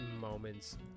moments